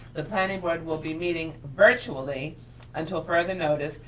the planning board will be meeting virtually until further notice,